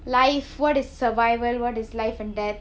life what is survival what is life and death